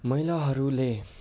महिलाहरूले